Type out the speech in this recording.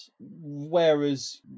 whereas